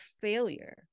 failure